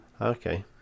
Okay